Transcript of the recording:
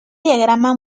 diagrama